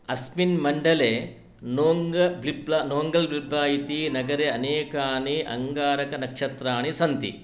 अस्मिन् मण्डले नोङ्गल्ग्रिप्ला नोङ्गल्ग्रिप्ला इति नगरे अनेकानि अङ्गारखननक्षेत्राणि सन्ति